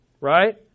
right